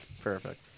Perfect